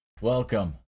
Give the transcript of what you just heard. Welcome